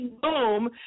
boom